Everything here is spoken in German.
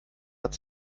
hat